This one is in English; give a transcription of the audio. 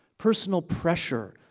personal pressure,